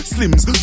Slims